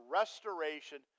restoration